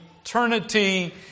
eternity